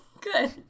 good